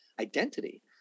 identity